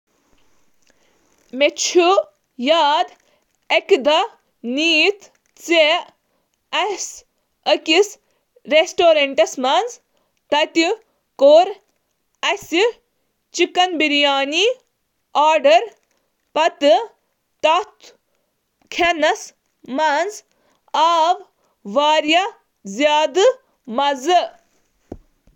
تۄہہِ چُھ آز اصل صحت۔ مےٚ چھُ باسان ژٕ چھُکھ جِم گژھان۔ مےٚ گوٚو خیال زِ بہٕ گَژھٕ جِم۔ کیٛاہ کورِ ہٮ۪کَا تَتہِ جِم کٔرِتھ۔